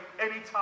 anytime